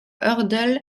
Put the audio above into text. hurdle